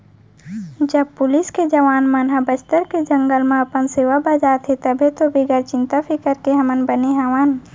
जब पुलिस के जवान मन ह बस्तर के जंगल म अपन सेवा बजात हें तभे तो बिगर चिंता फिकर के हमन बने हवन